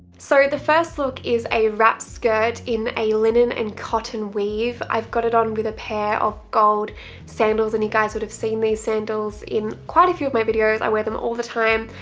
sort of the first look is a wrap skirt in a linen and cotton weave. i've got it on with a pair of gold sandals and you guys would have seen these sandals in quite a few of my videos. i wear them all the time,